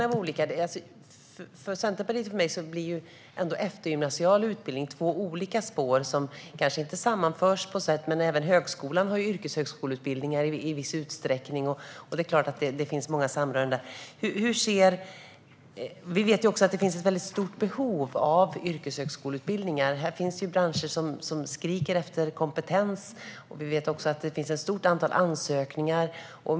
För mig och Centerpartiet blir eftergymnasial utbildning två olika spår som kanske inte sammanförs, även om högskolan har yrkeshögskoleutbildning i viss utsträckning och det finns mycket samröre där. Vi vet att det finns ett stort behov av yrkeshögskoleutbildning. Det finns branscher som skriker efter kompetens. Vi vet att det också finns ett stort antal ansökningar.